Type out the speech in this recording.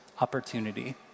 opportunity